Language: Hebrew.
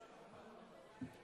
תודה רבה.